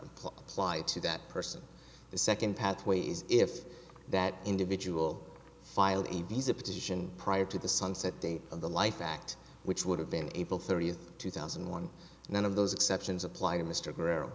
apply to that person the second pathway is if that individual filed a visa petition prior to the sunset date of the life act which would have been able thirtieth two thousand and one none of those exceptions apply to mr guerrero